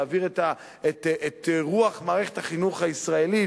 להעביר את רוח מערכת החינוך הישראלית,